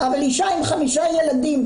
אבל לאישה עם חמישה ילדים,